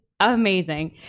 Amazing